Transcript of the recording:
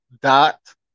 dot